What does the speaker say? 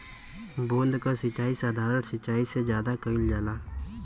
बूंद क सिचाई साधारण सिचाई से ज्यादा कईल जाला